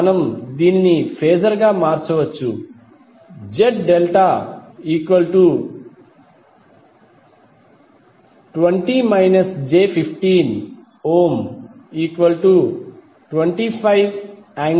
మనము దీనిని ఫేజర్గా మార్చవచ్చు Z∆20 j1525∠ 36